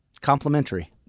Complimentary